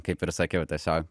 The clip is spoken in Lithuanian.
kaip ir sakiau tiesiog